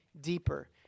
deeper